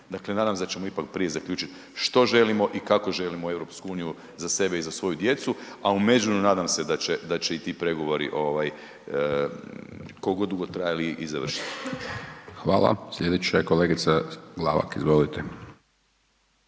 Dakle nadam se da ćemo ipak prija zaključiti što želimo i kako želimo EU za sebe i za svoju djecu, a u međuvremenu nadam da će i ti pregovori koliko god dugo trajali i završiti. **Hajdaš Dončić, Siniša (SDP)** Hvala. Sljedeća je kolegica Glavak. Izvolite.